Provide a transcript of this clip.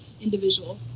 individual